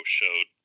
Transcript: showed